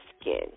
skin